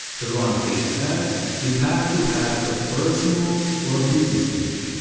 to run facebook ads, you have to have a personal or business page.